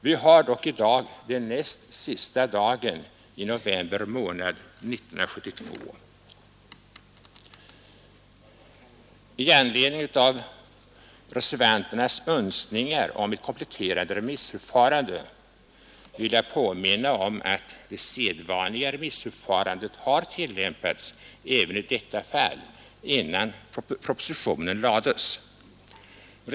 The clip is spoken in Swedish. Vi har ju ändå i dag den näst Svensk Straffrätts sista dagen i november månad 1972. tillämpning på Med anledning av reservanternas önskningar om ett kompletterande remissförfarande vill jag påminna om att det sedvanliga remissförfarandet "4 brott, m.m. har tillämpats även i detta fall innan propositionen lades fram.